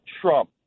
Trump